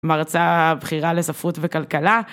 מרצה בחירה לספרות וכלכלה.